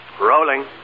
Rolling